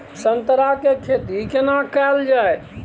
संतरा के खेती केना कैल जाय?